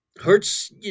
Hurts